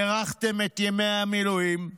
הארכתם את ימי המילואים,